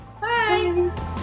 Bye